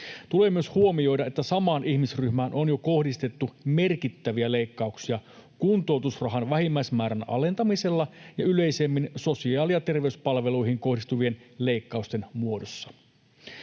Tulee myös huomioida, että samaan ihmisryhmään on jo kohdistettu merkittäviä leikkauksia kuntoutusrahan vähimmäismäärän alentamisella ja yleisemmin sosiaali- ja terveyspalveluihin kohdistuvien leikkausten muodossa.